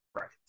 right